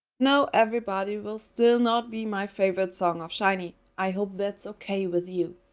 no, everybody will still not be my favorite song of shinee i hope that's okay with you?